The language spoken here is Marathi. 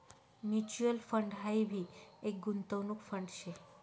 म्यूच्यूअल फंड हाई भी एक गुंतवणूक फंड शे